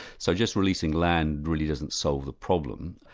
so just releasing land really doesn't solve the problem.